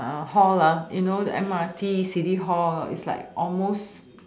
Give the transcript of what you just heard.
hall ah you know the M_R_T city hall is like almost